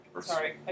Sorry